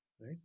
right